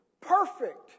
perfect